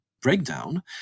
breakdown